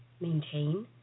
Maintain